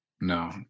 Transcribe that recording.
no